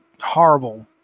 horrible